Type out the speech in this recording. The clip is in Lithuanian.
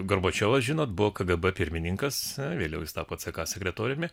gorbačiovas žinot buvo kgb pirmininkas vėliau jis tapo ck sekretoriumi